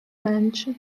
męczy